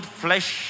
flesh